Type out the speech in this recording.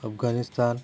Afghanistan